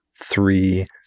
three